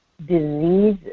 diseases